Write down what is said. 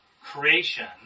creation